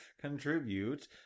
contribute